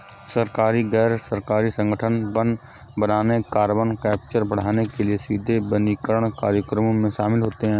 सरकारी, गैर सरकारी संगठन वन बनाने, कार्बन कैप्चर बढ़ाने के लिए सीधे वनीकरण कार्यक्रमों में शामिल होते हैं